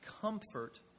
comfort